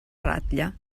ratlla